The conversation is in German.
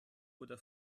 oder